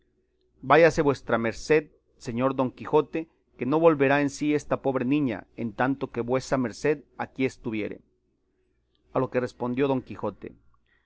váyase vuesa merced señor don quijote que no volverá en sí esta pobre niña en tanto que vuesa merced aquí estuviere a lo que respondió don quijote